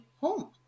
home